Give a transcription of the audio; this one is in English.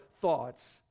thoughts